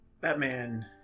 Batman